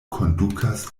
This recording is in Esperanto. kondukas